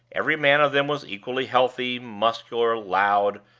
every man of them was equally healthy, muscular, loud,